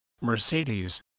Mercedes